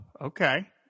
okay